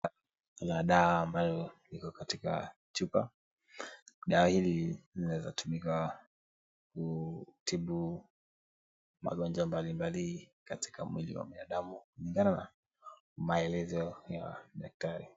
Kuna dawa ambayo iko katika chupa, dawa hili linatumika kutibu magonjwa mbalimbali katika mwili wa binadamu kulingana na maelezo ya daktari.